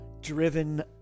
driven